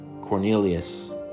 Cornelius